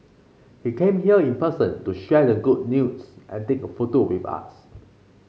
he came here in person to share the good news and take a photo with us